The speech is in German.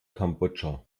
kambodscha